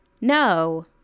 no